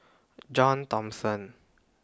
John Thomson